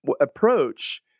approach